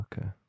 okay